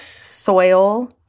soil